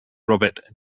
robert